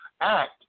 act